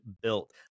built